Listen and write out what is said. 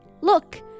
Look